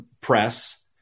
press